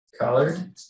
colored